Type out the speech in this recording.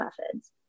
methods